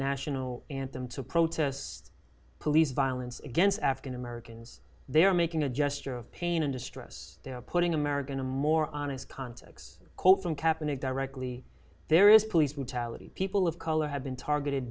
national anthem to protests police violence against african americans they are making a gesture of pain and distress putting american a more honest context quote from kaplan it directly there is police brutality people of color have been targeted